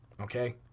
okay